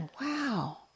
wow